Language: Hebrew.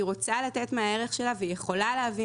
היא רוצה לתת מהערך שלה והיא יכולה להביא